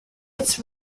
its